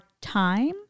time